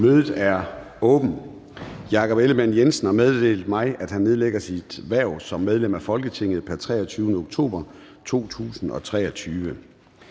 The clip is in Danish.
Mødet er åbnet. Jakob Ellemann-Jensen (V) har meddelt mig, at han nedlægger sit hverv som medlem af Folketinget pr. 23. oktober 2023.